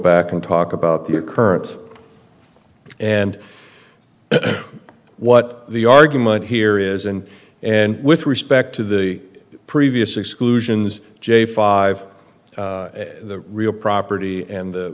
back and talk about the occurrence and what the argument here is and and with respect to the previous exclusions j five the real property and the